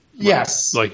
Yes